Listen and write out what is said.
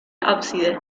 ábside